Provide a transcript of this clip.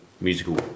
musical